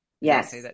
Yes